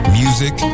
music